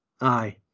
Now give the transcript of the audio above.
Aye